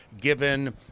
given